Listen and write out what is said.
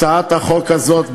הצעת החוק הזאת,